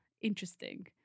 interesting